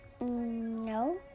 No